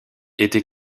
été